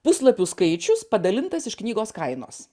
puslapių skaičius padalintas iš knygos kainos